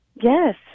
Yes